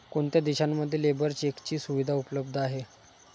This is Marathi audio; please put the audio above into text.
कोणत्या देशांमध्ये लेबर चेकची सुविधा उपलब्ध आहे?